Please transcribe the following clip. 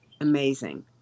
amazing